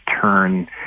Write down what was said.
turn